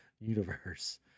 universe